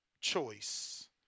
choice